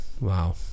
wow